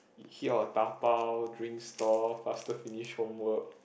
here or dabao drink stall faster finish homework